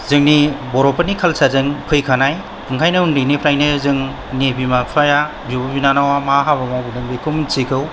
जोंनि बर'फोरनि कालचारभ जों फैखानाय ओंखायनो उन्दैनिफ्रायनो जोंनि बिमा बिफाया बिब' बिनानावा मा हाबा मावबोदों बेखौ मिन्थिगौ